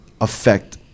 affect